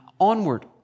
onward